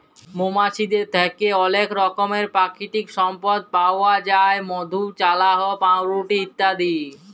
মমাছিদের থ্যাকে অলেক রকমের পাকিতিক সম্পদ পাউয়া যায় মধু, চাল্লাহ, পাউরুটি ইত্যাদি